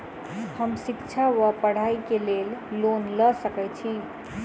हम शिक्षा वा पढ़ाई केँ लेल लोन लऽ सकै छी?